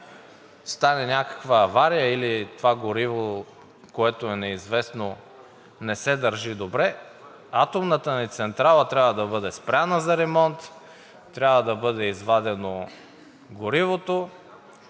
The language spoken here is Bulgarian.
стане някаква авария или това гориво, което е неизвестно, не се държи добре, атомната ни централа трябва да бъде спряна за ремонт, трябва да бъде извадено горивото.